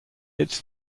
its